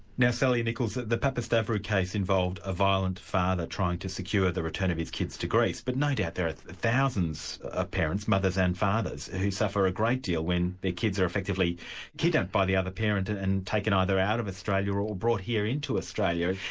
now sally nicholes, the the papastavrou case involved a violent father trying to secure the return of his kids to greece, but no doubt there are thousands of ah parents, mothers and fathers, who suffer a great deal when their kids are effectively kidnapped by the other parent and and taken either out of australia, or brought here into australia.